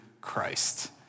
Christ